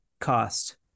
cost